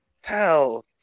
Hell